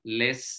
less